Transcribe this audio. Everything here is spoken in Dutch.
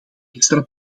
extra